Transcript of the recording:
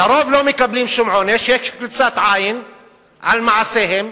לרוב לא מקבלים שום עונש, יש קריצת עין על מעשיהם,